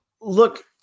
Look